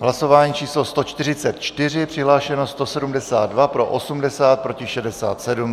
Hlasování číslo 144, přihlášeno 172, pro 80, proti 67.